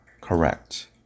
correct